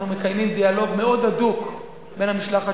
אנחנו מקיימים דיאלוג מאוד הדוק בין המשלחת